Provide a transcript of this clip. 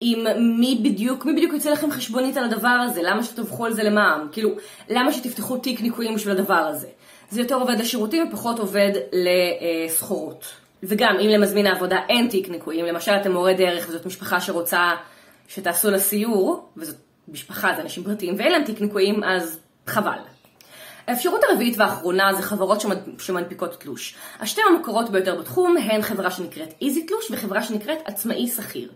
עם מי בדיוק, מי בדיוק יוציא לכם חשבונית על הדבר הזה, למה שתדווחו על זה למע"מ, כאילו, למה שתפתחו תיק ניקויים בשביל הדבר הזה. זה יותר עובד לשירותים ופחות עובד לסחורות. וגם, אם למזמין העבודה אין תיק ניקויים, למשל אתם מורה דרך וזאת משפחה שרוצה שתעשו לה סיור, וזאת משפחה, זה אנשים פרטיים, ואין להם תיק ניקויים, אז חבל. האפשרות הרביעית והאחרונה זה חברות שמנפיקות תלוש. השתים המקוריות ביותר בתחום הן חברה שנקראת "איזי תלוש" וחברה שנקראת "עצמאי שכיר".